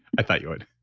i thought you would.